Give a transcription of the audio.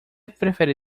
prefere